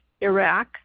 Iraq